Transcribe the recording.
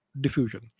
diffusion